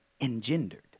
engendered